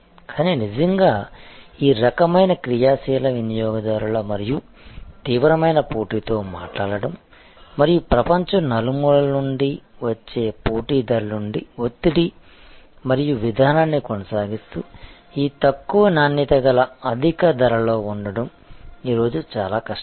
కానీ నిజంగా ఈ రకమైన క్రియాశీల వినియోగదారుల మరియు తీవ్రమైన పోటీతో మాట్లాడటం మరియు ప్రపంచం నలుమూలల నుండి వచ్చే పోటీదారుల నుండి ఒత్తిడి మరియు విధానాన్ని కొనసాగిస్తూ ఈ తక్కువ నాణ్యత గల అధిక ధరలో ఉండటం ఈ రోజు చాలా కష్టం